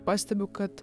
pastebiu kad